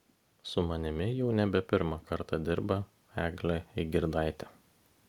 su manimi jau nebe pirmą kartą dirba eglė eigirdaitė